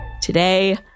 Today